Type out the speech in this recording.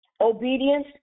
obedience